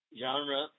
Genre